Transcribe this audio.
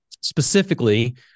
specifically